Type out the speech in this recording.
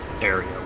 area